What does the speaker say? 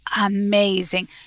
amazing